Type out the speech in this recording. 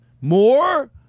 More